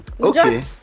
Okay